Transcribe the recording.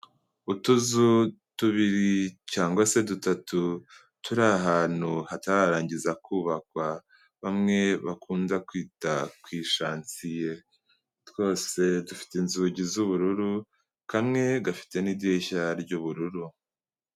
Utuzu tubiri cyangwa se dutatu turi ahantu hatararangiza kubakwa bamwe bakunda kwita ku ishansiye, twose dufite inzugi z'ubururu kamwe gafite n'idirishya ry'ubururu.